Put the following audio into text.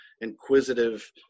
inquisitive